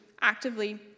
actively